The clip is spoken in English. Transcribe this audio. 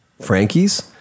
Frankie's